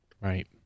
right